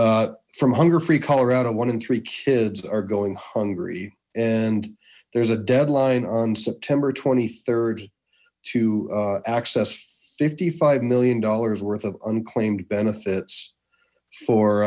but from hunger free colorado one in three kids are going hungry and there's a deadline on september twenty third to access fifty five million dollars worth of unclaimed benefits for